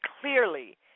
clearly